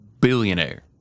billionaire